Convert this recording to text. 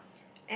ya